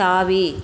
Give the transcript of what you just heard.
தாவி